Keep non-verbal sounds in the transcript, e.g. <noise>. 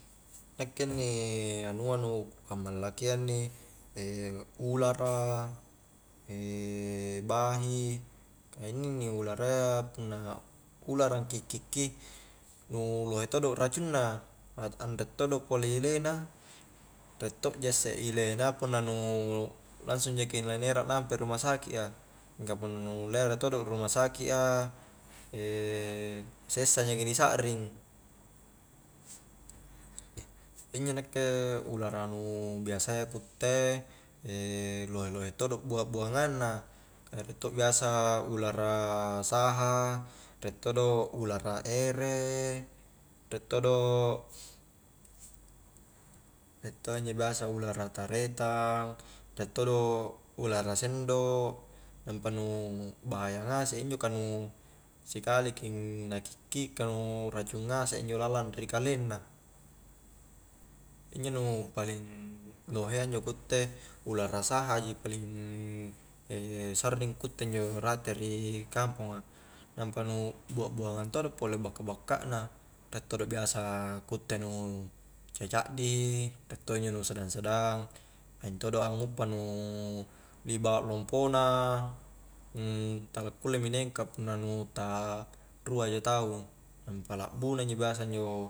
Nakke inni anua nu ku kammalakia inni <hesitation> ulara <hesitation> bahi, ka inni-inni ularayya, punna ulara agkikki ki nu lohe todo racunna, an-anre todo pole ile; na riek to'ja isse ile na punna nu langsung jaki la ni erang lampa ri ruma saki' a mingka punna nu lere todo ruam saki' a <hesitation> sessa jaki di sakring injo nakke ulara nu biasayya ku utt <hesitation> e lohe-lohe todo bua-buanagng na ka reiek to biasa ulara saha, riek todo ulara ere, riek todo todo' injo biasa ulara taretang riek todok ulara sendok, nampa nu bahaya nagsek injo ka nu sikali jaki na kikki ka nu racung ngasek injo lalang ri kalenna injo nu paling nu lohe iya injo ku utte, uara saha ji paling <hesitation> sarring ku utte injo rate eri kamponga nampa nu bua-buangang todo pole bakka-bakka na, riek to' biasa ku utte nu caddi-cadi, riek todo injo nu sedang-sedang maing todo' a nguppa nu <hesitation> libak lompo na <hesitation> tala kule mi na engka punna nu ta'rua ja tau nampa lakbu na injo biasa injo